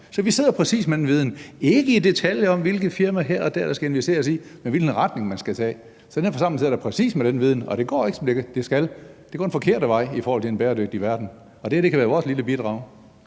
Så vi sidder præcis inde med den viden – ikke i detaljer om, hvilket firma her og der, der skal investeres i, men hvilken retning man skal tage. Så den her forsamling sidder da præcis inde med den viden, og det går ikke, som det skal – det går den forkerte vej i forhold til en bæredygtig verden. Og det her kan være vores lille bidrag